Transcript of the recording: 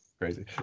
crazy